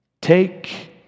Take